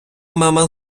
мама